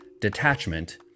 detachment